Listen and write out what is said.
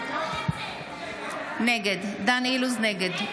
נגד --- אני